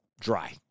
dry